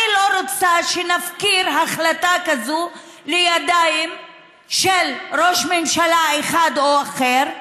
אני לא רוצה שנפקיר החלטה כזו בידיים של ראש ממשלה אחד או אחר.